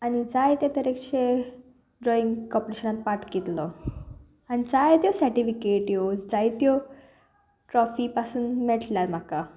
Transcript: आनी जायते तरेकशे ड्रॉईंग कॉम्पिटिशनान पार्ट घेतलो आनी जाय त्यो सेटिफिकेट ह्यो जायत्यो ट्रॉफी पासून मेळ्ळा म्हाका